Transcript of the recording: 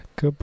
Goodbye